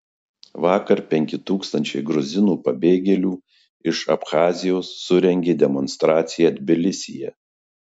vakar penki tūkstančiai gruzinų pabėgėlių iš abchazijos surengė demonstraciją tbilisyje